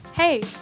Hey